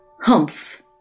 Humph